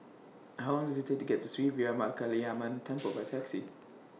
How Long Does IT Take to get to Sri Veeramakaliamman Temple By Taxi